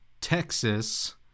Texas